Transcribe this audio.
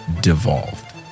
devolved